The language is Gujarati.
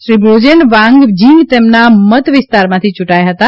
શ્રી બ્રોજેન વાંગજિંગ તેનથા મત વિસ્તારમાંથી યૂંટાયા હતા